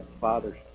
Father's